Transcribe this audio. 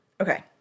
Okay